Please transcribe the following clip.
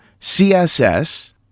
CSS